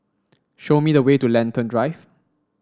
show me the way to Lentor Drive